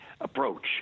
approach